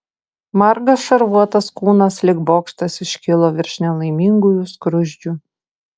margas šarvuotas kūnas lyg bokštas iškilo virš nelaimingųjų skruzdžių